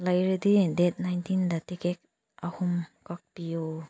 ꯂꯩꯔꯗꯤ ꯗꯦꯠ ꯅꯥꯏꯟꯇꯤꯟꯗ ꯇꯤꯀꯦꯠ ꯑꯍꯨꯝ ꯀꯛꯄꯤꯌꯨ